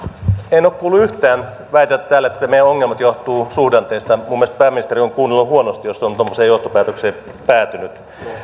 en ole kuullut yhtään väitettä täällä että meidän ongelmamme johtuvat suhdanteesta minun mielestäni pääministeri on kuunnellut huonosti jos on tuommoiseen johtopäätökseen päätynyt